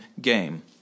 game